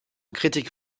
critique